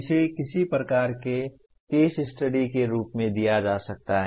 इसे किसी प्रकार के केस स्टडी के रूप में दिया जा सकता है